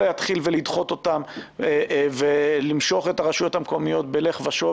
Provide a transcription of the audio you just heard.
ולא להתחיל ולדחות אותן ולמשוך את הרשויות המקומיות בלך ושוב